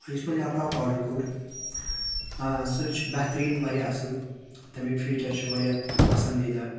یُس مےٚ laptop order کوٚر سُہ چھُ بہتریٖن واریاہ اصل تَمِکۍ فیٖچَر چھِ واریاہ پَسَندیدہ